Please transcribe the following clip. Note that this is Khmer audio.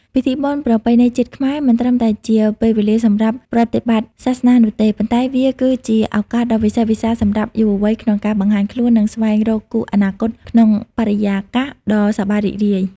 ពិធីបុណ្យប្រពៃណីជាតិខ្មែរ មិនត្រឹមតែជាពេលវេលាសម្រាប់ប្រតិបត្តិសាសនានោះទេ ប៉ុន្តែវាគឺជាឱកាសដ៏វិសេសវិសាលសម្រាប់យុវវ័យក្នុងការបង្ហាញខ្លួន និងស្វែងរកគូអនាគតក្នុងបរិយាកាសដ៏សប្បាយរីករាយ។